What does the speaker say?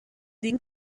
liegen